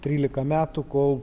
trylika metų kol